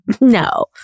No